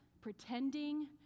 pretending